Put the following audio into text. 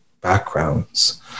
backgrounds